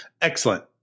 Excellent